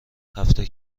هفته